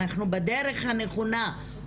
אנחנו בדרך הנכונה,